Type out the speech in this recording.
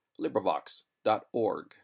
LibriVox.org